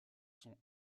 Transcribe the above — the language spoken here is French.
sont